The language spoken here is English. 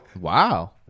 Wow